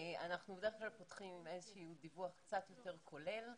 אנחנו בדרך כלל פותחים עם דיווח קצת יותר כולל,